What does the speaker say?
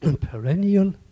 perennial